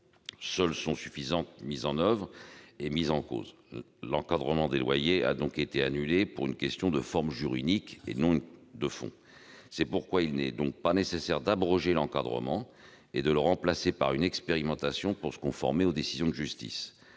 Seule son insuffisante mise en oeuvre est mise en cause. L'encadrement des loyers a donc été annulé pour une question de forme juridique et non de fond. C'est pourquoi il n'est pas nécessaire d'abroger l'encadrement et de le remplacer par une expérimentation pour se conformer aux décisions de justice.